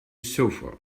sofa